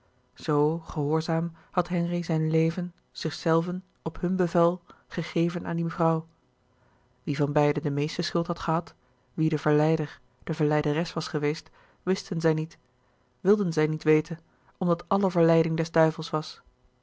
zoo gehoorzaam had henri zijn leven zichzelven op hun bevel gegeven aan die vrouw wie van beiden de meeste schuld had gehad wie de verleider de verleideres was geweest wisten zij niet wilden zij niet weten omdat alle verleiding des duivels was